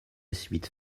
suite